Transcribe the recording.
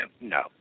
No